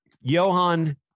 johan